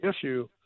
issue